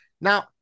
Now